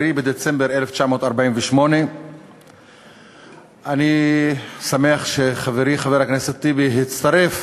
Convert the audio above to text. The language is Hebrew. בדצמבר 1948. אני שמח שחברי חבר הכנסת טיבי הצטרף